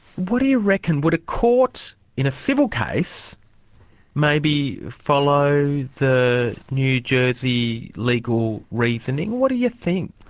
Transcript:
what do you reckon, would a court in a civil case maybe follow the new jersey legal reasoning? what do you think?